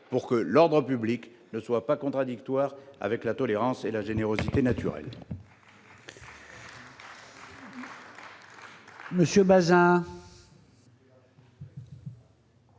pour que l'ordre public ne soit pas contradictoire avec la tolérance et la générosité naturelle.